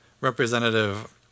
representative